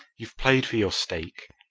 you've played for your stake.